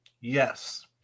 Yes